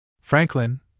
Franklin